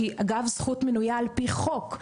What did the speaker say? שהיא אגב זכות מנויה על פי חוק.